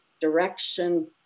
direction